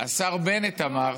השר בנט אמר: